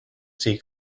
see